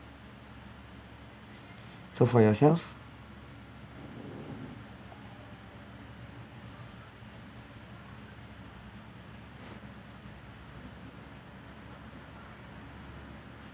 so for yourself